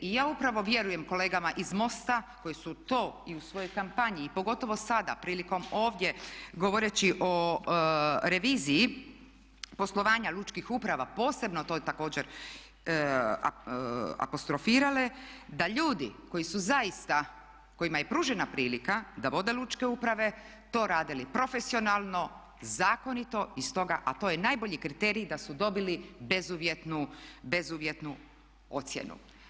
I ja upravo vjerujem kolegama iz MOST-a koji su to i u svojoj kampanji i pogotovo sada prilikom ovdje govoreći o reviziji poslovanja lučkih uprava posebno to također apostrofirale da ljudi koji su zaista, kojima je pružena prilika da vode lučke uprave to radili profesionalno, zakonito i to je najbolji kriterij da su dobili bezuvjetnu ocjenu.